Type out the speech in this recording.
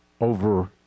over